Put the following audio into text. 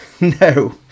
No